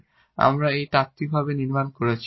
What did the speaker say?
এবং আমরা এটি তাত্ত্বিকভাবে নির্মাণ করেছি